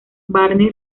barney